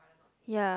ya